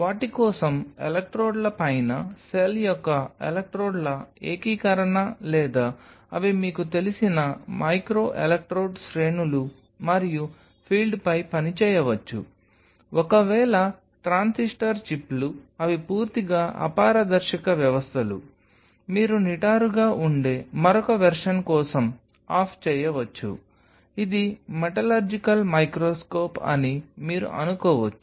వాటి కోసం ఎలక్ట్రోడ్ల పైన సెల్ యొక్క ఎలక్ట్రోడ్ల ఏకీకరణ లేదా అవి మీకు తెలిసిన మైక్రో ఎలక్ట్రోడ్ శ్రేణులు మరియు ఫీల్డ్పై పని చేయవచ్చు ఒకవేళ ట్రాన్సిస్టర్ చిప్లు అవి పూర్తిగా అపారదర్శక వ్యవస్థలు మీరు నిటారుగా ఉండే మరొక వెర్షన్ కోసం ఆఫ్ చేయవచ్చు ఇది మెటలర్జికల్ మైక్రోస్కోప్ అని మీరు అనుకోవచ్చు